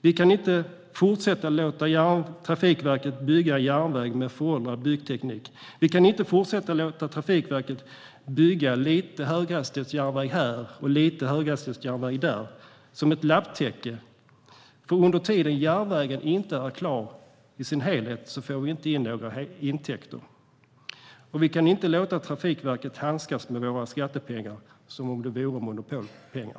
Vi kan inte fortsätta låta Trafikverket bygga järnväg med föråldrad byggteknik. Vi kan inte fortsätta låta Trafikverket bygga lite höghastighetsjärnväg här och lite höghastighetsjärnväg där, som ett lapptäcke. Så länge järnvägen inte är klar i sin helhet får vi nämligen inte in några intäkter. Och vi kan inte låta Trafikverket handskas med våra skattepengar som om de vore monopolpengar.